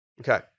Okay